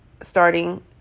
starting